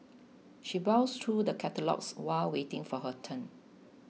she browsed through the catalogues while waiting for her turn